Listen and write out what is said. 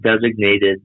designated